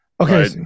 okay